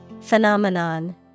Phenomenon